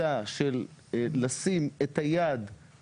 זוגות צעירים,